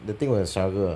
the thing will struggle ah